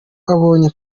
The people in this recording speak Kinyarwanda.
abonye